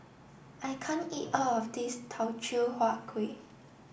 I can't eat all of this Teochew Huat Kueh